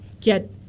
get